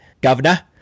governor